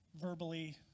verbally